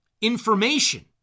information